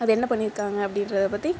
அது என்ன பண்ணி இருக்காங்க அப்படின்றத பற்றி